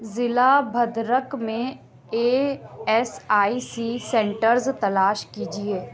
ضلع بھدرک میں A S I C centres تلاش کیجیے